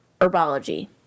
herbology